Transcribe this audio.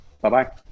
bye-bye